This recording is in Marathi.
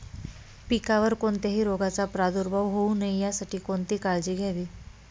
पिकावर कोणत्याही रोगाचा प्रादुर्भाव होऊ नये यासाठी कोणती काळजी घ्यावी?